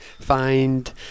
Find